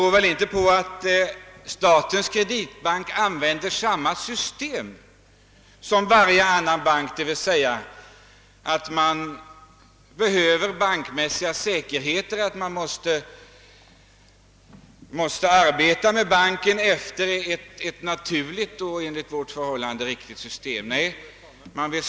Att man inte utnyttjar Sveriges kreditbank beror väl på att denna tilllämpar samma system för sin utlåning som varje annan bank, d.v.s. kräver bankmässiga säkerheter, ett system som vi för vår del finner riktigt. Nej, man vill skapa en bank som arbetar på ett annat sätt än de banker som nu finns.